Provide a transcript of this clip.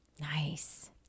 Nice